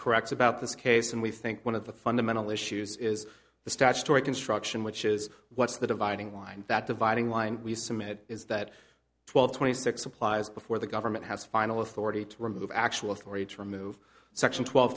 correct about this case and we think one of the fundamental issues is the statutory construction which is what's the dividing line that dividing line we submit is that twelve twenty six applies before the government has final authority to remove actual authority to remove section twelve